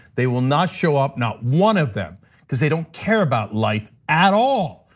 they will not show up not one of them because they don't care about life at all.